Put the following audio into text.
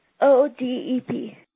O-D-E-P